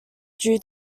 due